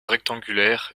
rectangulaire